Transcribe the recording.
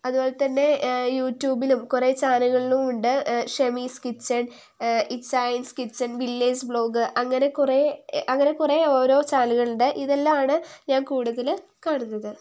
അതുപോലെതന്നെ യുട്യൂബിലും കുറേ ചാനലുകളിലുമുണ്ട് Shamees kitchen Ichhayans kitchen village blog അങ്ങനെ കുറേ അങ്ങനെ കുറേ ഓരോ ചാനലുകളുണ്ട് ഇതെല്ലാമാണ് ഞാൻ കൂടുതൽ കാണുന്നത്